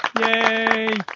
Yay